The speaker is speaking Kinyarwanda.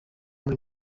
muri